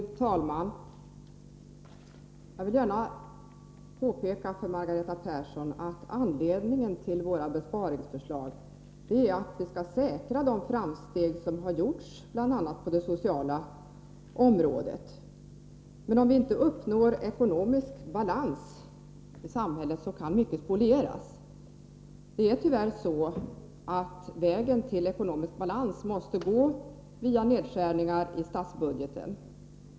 Fru talman! Jag vill gärna påpeka för Margareta Persson att anledningen till våra besparingsförslag är att vi vill säkra de framsteg som gjorts, bl.a. på det sociala området. Om vi nämligen inte uppnår ekonomisk balans i samhället kan mycket spolieras. Och det är tyvärr så, att vägen till ekonomisk balans måste gå via nedskärningar i statsbudgeten.